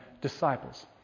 disciples